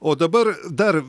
o dabar dar